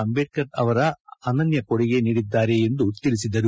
ಅಂಬೇಡ್ಕರ್ ಅನನ್ಯ ಕೊಡುಗೆ ನೀಡಿದ್ದಾರೆ ಎಂದು ತಿಳಿಸಿದರು